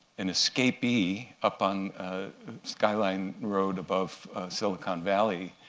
an escapee, up on skyline road above silicon valley